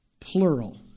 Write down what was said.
plural